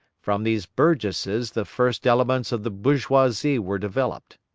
from these burgesses the first elements of the bourgeoisie were developed.